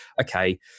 okay